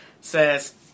says